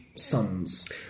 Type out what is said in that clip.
sons